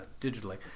digitally